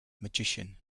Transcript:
magician